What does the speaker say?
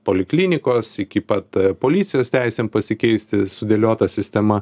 poliklinikos iki pat policijos teisėm pasikeisti sudėliota sistema